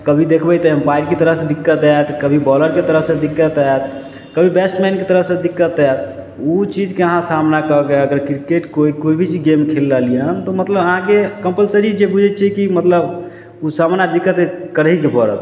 कभी देखबै तऽ एम्पायरके तरफ से दिक्कत आयत कभी बॉलरके तरफ से दिक्कत आयत कभी बैट्समैनके तरफ से दिक्कत आयत ओ चीजके अहाँ सामना कऽके अगर क्रिकेट कोइ कोइ भी गेम खेल रहली हन तऽ मतलब अहाँके कम्पलसरी जे बुझै छियै कि मतलब ओ सामना दिक्कतके करय ही के परत